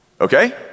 okay